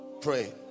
Pray